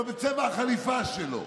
אבל בצבע החליפה שלו,